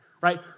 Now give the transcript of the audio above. right